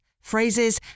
phrases